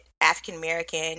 african-american